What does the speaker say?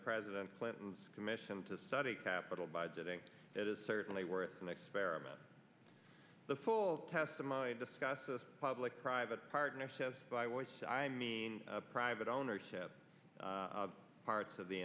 president clinton's commission to study capital budgeting it is certainly worth an experiment the full testimony discusses public private partnerships by which i mean private ownership of parts of the